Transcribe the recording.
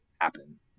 happen